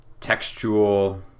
textual